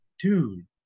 dude